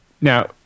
now